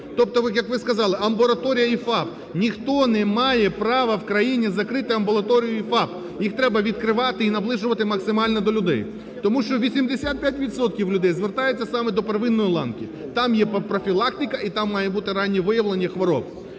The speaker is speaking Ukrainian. тобто як ви сказали, амбулаторія і ФАП. Ніхто не має права в країні закрити амбулаторію і ФАП, їх треба відкривати і наближувати максимально до людей, тому що 85 відсотків людей звертаються саме до первинної ланки, там є профілактика, і там має бути раннє виявлення хвороб.